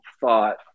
thought